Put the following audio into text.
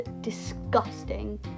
disgusting